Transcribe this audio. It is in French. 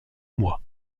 moi